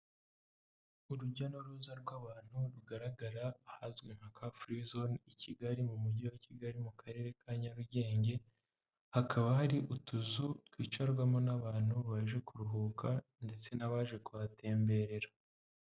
Urujya n'uruza rw'abantu rugaragara ahazwi nka kafurizone i Kigali mu mujyi wa Kigali, mu Karere ka Nyarugenge. Hakaba hari utuzu twicarwamo n'abantu baje kuruhuka ndetse n'abaje kuhatemberera.